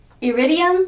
Iridium